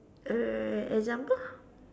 err example